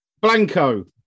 Blanco